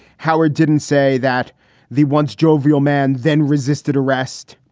howard didn't say that the once jovial man then resisted arrest.